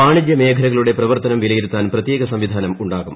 വാണിജ്യ മേഖലകളുടെ പ്രവർത്തനം വിലയിരുത്താൻ പ്രത്യേക സംവിധാനം ഉണ്ടാകും